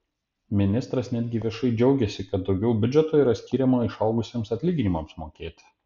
ministras netgi viešai džiaugėsi kad daugiau biudžeto yra skiriama išaugusiems atlyginimams mokėti